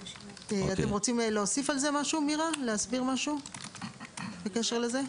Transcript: יש את האפשרות הזאת בהרשאות?